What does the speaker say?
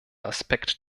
aspekt